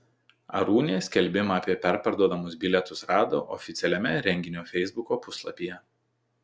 arūnė skelbimą apie perparduodamus bilietus rado oficialiame renginio feisbuko puslapyje